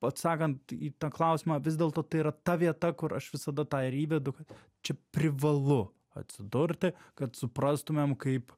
atsakant į tą klausimą vis dėlto tai yra ta vieta kur aš visada tą ir įvedu kad čia privalu atsidurti kad suprastumėm kaip